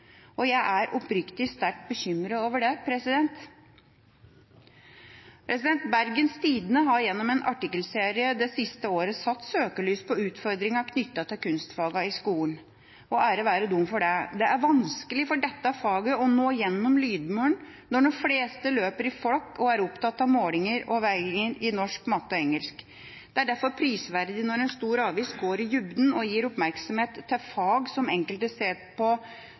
og jeg er oppriktig sterkt bekymret over det. Bergens Tidende har gjennom en artikkelserie det siste året satt søkelys på utfordringa knyttet til kunstfagene i skolen, og ære være dem for det. Det er vanskelig for dette faget å nå gjennom lydmuren når de fleste løper i flokk og er opptatt av målinger og veiinger i norsk, matte og engelsk. Det er derfor prisverdig når en stor avis går i dybden og gir oppmerksomhet til fag som enkelte ser på